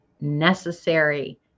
necessary